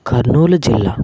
కర్నూలు జిల్లా